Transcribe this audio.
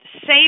save